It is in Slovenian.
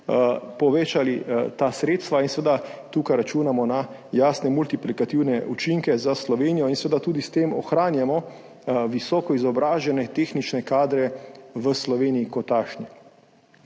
povečali ta sredstva in seveda tukaj računamo na jasne multiplikativne učinke za Slovenijo, hkrati pa s tem tudi ohranjamo visokoizobražene tehnične kadre v Sloveniji.